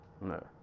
No